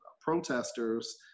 protesters